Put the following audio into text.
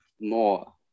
more